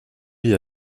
vie